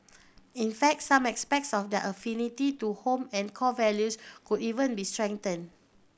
in fact some aspects of their affinity to home and core values could even be strengthened